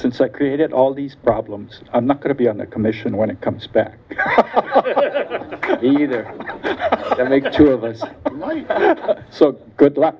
since i created all these problems i'm not going to be on the commission when it comes back either but i think the two of us so good